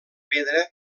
pedra